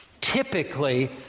typically